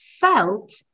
felt